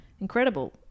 Incredible